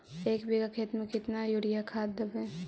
एक बिघा खेत में केतना युरिया खाद देवै?